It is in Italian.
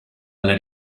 alla